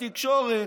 זה בתקשורת,